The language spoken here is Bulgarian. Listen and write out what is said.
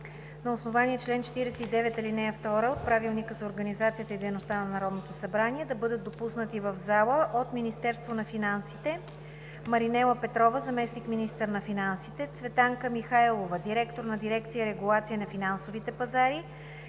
На основание чл. 49, ал. 2 от Правилника за организацията и дейността на Народното събрание да бъдат допуснати в залата: от Министерството на финансите: Маринела Петрова – заместник-министър, Цветанка Михайлова – директор на дирекция „Регулация на финансовите пазари“,